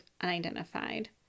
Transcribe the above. unidentified